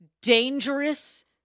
Dangerous